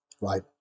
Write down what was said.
Right